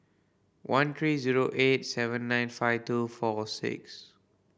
one three zero eight seven nine five two four six